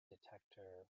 detector